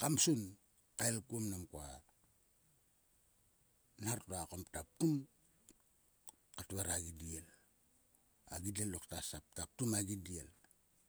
ka msun kael kuon mnam koa nhar to a kam ta ptum ka tver a gidiel. a gidiel tlokta sap ta ptum a gidiel.